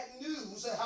news